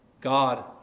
God